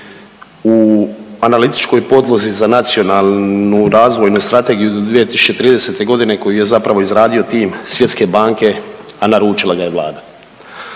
u analitičkoj podlozi za Nacionalnu razvojnu strategiju do 2030. godine koju je zapravo izradio tim Svjetske banke, a naručila ga je Vlada.